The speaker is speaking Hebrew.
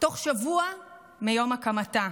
תוך שבוע מיום הקמתה,